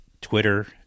Twitter